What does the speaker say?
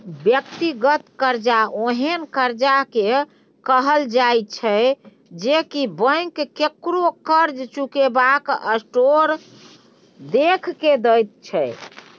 व्यक्तिगत कर्जा ओहेन कर्जा के कहल जाइत छै जे की बैंक ककरो कर्ज चुकेबाक स्कोर देख के दैत छै